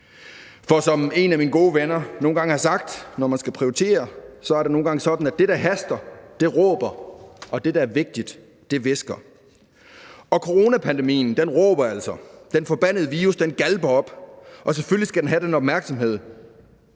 For som en af mine gode venner nogle gange har sagt: Når man skal prioritere, er det nogle gange sådan, at det, der haster, råber, og at det, der er vigtigt, hvisker. Og coronapandemien råber altså. Den forbandede virus galper op, og selvfølgelig skal den have den opmærksomhed,